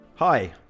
Hi